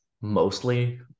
mostly